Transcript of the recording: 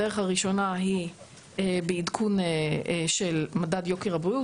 הדרך הראשונה היא בעדכון של מדד יוקר הבריאות.